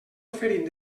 oferint